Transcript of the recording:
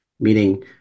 meaning